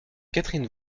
catherine